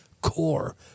core